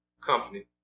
company